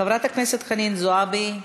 חברת הכנסת חנין זועבי,